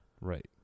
Right